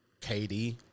KD